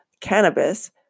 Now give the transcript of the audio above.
cannabis